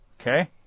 okay